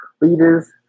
leaders